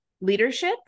leadership